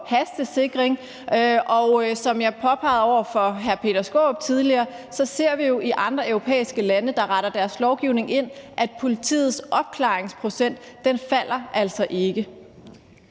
hastesikring. Og som jeg påpegede over for hr. Peter Skaarup tidligere, ser vi jo i andre europæiske lande, der retter deres lovgivning ind, at politiets opklaringsprocent altså ikke